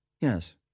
Yes